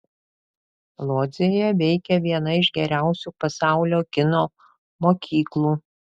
lodzėje veikia viena iš geriausių pasaulio kino mokyklų